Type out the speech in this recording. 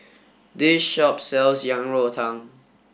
this shop sells Yang Rou Tang